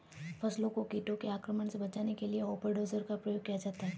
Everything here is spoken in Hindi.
फसल को कीटों के आक्रमण से बचाने के लिए हॉपर डोजर का प्रयोग किया जाता है